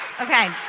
Okay